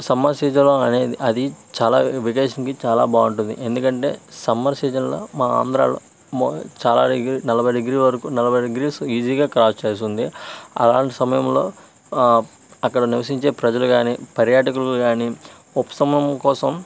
summer సీసన్లో అనేది అది చాలా వెకేషన్కి చాలా బాగుంటుంది ఎందుకంటే సమ్మర్ సీజన్లో మా ఆంధ్రలో చాలా దగ్గర వరకు నలభై డిగ్రీ వరకు నలబై డిగ్రీస్ ఈజీగా క్రాస్ చేస్తుంది అలాంటి సమయంలో అక్కడ నివసించే ప్రజలు కానీ పర్యాటకులు కానీ ఉపశమనం కోసం